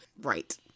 Right